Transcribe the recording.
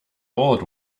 old